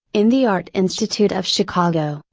in the art institute of chicago,